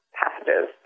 passages